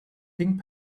pink